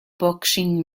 boxing